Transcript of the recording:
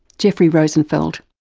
jeffrey rosenfeld.